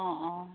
অঁ অঁ